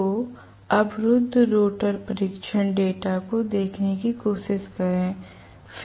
तो अवरुद्ध रोटर परीक्षण डेटा को देखने की कोशिश करें